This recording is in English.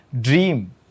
Dream